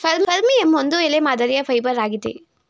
ಫರ್ಮಿಯಂ ಒಂದು ಎಲೆ ಮಾದರಿಯ ಫೈಬರ್ ಆಗಿದೆ